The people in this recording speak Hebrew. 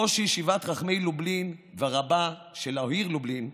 ראש ישיבת חכמי לובלין ורבה של העיר לובלין,